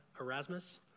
Erasmus